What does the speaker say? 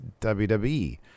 WWE